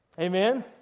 amen